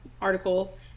article